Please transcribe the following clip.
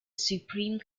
supreme